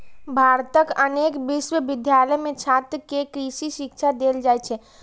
भारतक अनेक विश्वविद्यालय मे छात्र कें कृषि शिक्षा देल जाइ छै